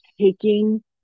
taking